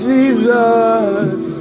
Jesus